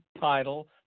title